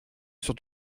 sur